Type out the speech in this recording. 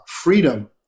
freedom